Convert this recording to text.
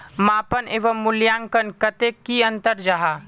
मापन एवं मूल्यांकन कतेक की अंतर जाहा?